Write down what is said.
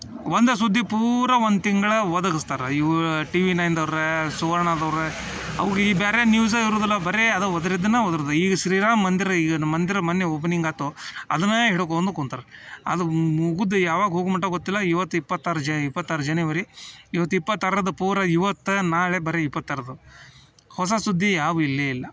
ಒಂದೇ ಸುದ್ದಿ ಪೂರಾ ಒಂದು ತಿಂಗ್ಳು ಒದಗಿಸ್ತಾರೆ ಇವೂ ಟಿವಿ ನೈನ್ದವ್ರು ಸುವರ್ಣದವ್ರು ಅವ್ಗೆ ಈ ಬೇರೆ ನ್ಯೂಸೆ ಇರುವುದಿಲ್ಲ ಬರೀ ಅದು ಒದರಿದ್ದನ್ನ ಒದ್ರೋದು ಈಗ ಶ್ರೀರಾಮ್ ಮಂದಿರ ಈಗ ಮಂದಿರ ಮೊನ್ನೆ ಓಪನಿಂಗ್ ಆಯ್ತೊ ಅದನ್ನೇ ಹಿಡ್ಕೊಂಡು ಕುಂತ್ರೆ ಅದು ಮುಗಿದು ಯಾವಾಗ ಹೋಗೋ ಮಟ್ಟ ಗೊತ್ತಿಲ್ಲ ಈವತ್ತು ಇಪ್ಪತ್ತಾರು ಜ ಇಪ್ಪತ್ತಾರು ಜನವರಿ ಈವತ್ತು ಇಪ್ಪತ್ತರದ ಪೂರಾ ಇವತ್ತು ನಾಳೆ ಬರೀ ಇಪ್ಪತ್ತರದ್ದು ಹೊಸ ಸುದ್ದಿ ಯಾವುವು ಇಲ್ಲೇ ಇಲ್ಲ